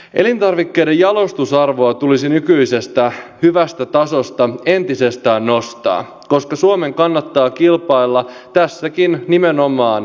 elintarvikkeiden jalostusarvoa tulisi nykyisestä hyvästä tasosta entisestään nostaa koska suomen kannattaa kilpailla tässäkin nimenomaan laadulla